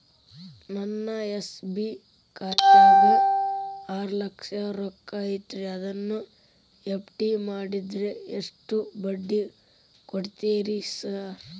ನನ್ನ ಎಸ್.ಬಿ ಖಾತ್ಯಾಗ ಆರು ಲಕ್ಷ ರೊಕ್ಕ ಐತ್ರಿ ಅದನ್ನ ಎಫ್.ಡಿ ಮಾಡಿದ್ರ ಎಷ್ಟ ಬಡ್ಡಿ ಕೊಡ್ತೇರಿ ಸರ್?